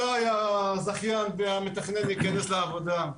מתי הזכיין והמתכנן ייכנסו לעבודה?